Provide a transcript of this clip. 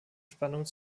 spannungen